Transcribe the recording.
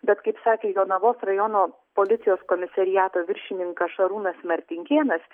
bet kaip sakė jonavos rajono policijos komisariato viršininkas šarūnas martinkėnas